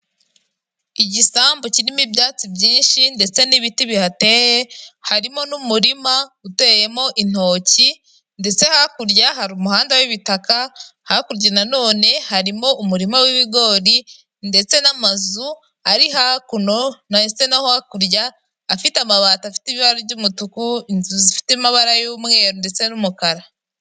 Igisambu kirimo ibyatsi byinshi ndetse n'ibiti bihateye, harimo n'umurima uteyemo intoki, ndetse hakurya hari umuhanda w'ibitaka, hakurya na none harimo umurima w'ibigori, ndetse n'amazu ari hakuno ndetse no hakurya, afite amabati afite ibara ry'umutuku, inzu zifite amabara y'umweru ndetse n'umukara.